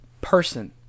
person